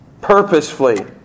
Purposefully